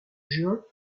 juin